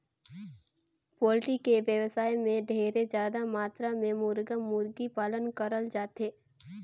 poultry के बेवसाय में ढेरे जादा मातरा में मुरगा, मुरगी पालन करल जाथे